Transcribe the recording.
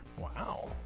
Wow